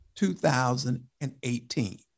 2018